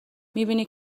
میبینی